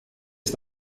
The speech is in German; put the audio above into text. ist